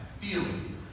feeling